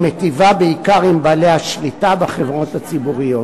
היא מיטיבה בעיקר עם בעלי השליטה בחברות הציבוריות.